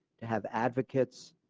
to have advocates.